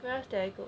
where else did I go